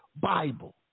Bible